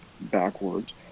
backwards